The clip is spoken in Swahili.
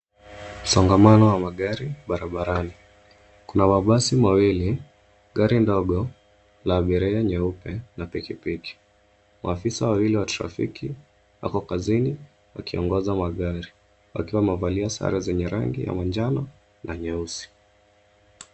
Msongamano wa magari barabarani kuna mabasi mawili. Gari ndogo la abiria nyeupe na pikipiki. Maafisa wawili wa trafiki wako kazini wakiongoza magari wakiwa wamevalia sare zenye rangi ya majano na nyeusi.